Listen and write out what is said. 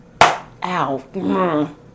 Ow